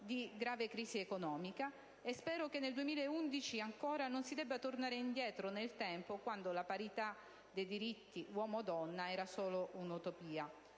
di grave crisi economica, e spero che nel 2011 ancora non si debba tornare indietro nel tempo a quando la parità dei diritti uomo-donna era solo un'utopia.